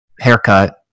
haircut